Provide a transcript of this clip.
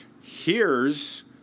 hears